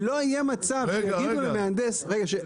שלא יהיה מצב, שיגידו למהנדס --- רגע, רגע.